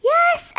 Yes